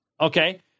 Okay